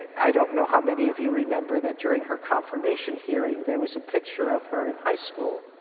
i don't know how many of you remember that during her confirmation hearing there was a picture of her in high school,